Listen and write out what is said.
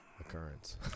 Occurrence